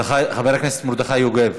חבר הכנסת מרדכי יוגב,